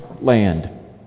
land